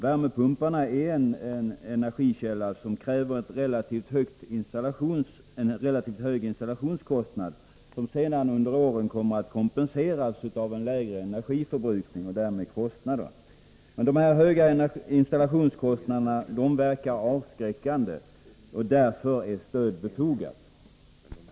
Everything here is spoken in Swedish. Värmepumparna är en energianordning som kräver en relativt hög installationskostnad. Den kompenseras dock senare under åren av en lägre energiförbrukning och därmed lägre kostnader. Dessa höga installationskostnader verkar emellertid avskräckande. Därför är ett stöd befogat.